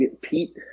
Pete